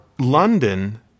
London